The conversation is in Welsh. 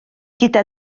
gyda